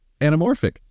anamorphic